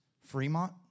Fremont